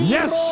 Yes